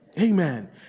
Amen